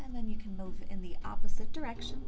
and then you can move in the opposite direction